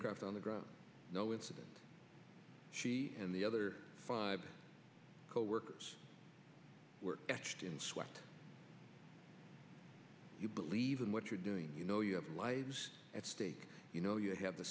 correct on the ground no incident she and the other five coworkers were etched in sweat you believe in what you're doing you know you have lives at stake you know you have the